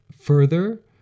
further